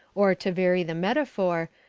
or, to vary the metaphor,